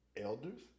Elders